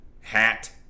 hat